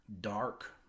dark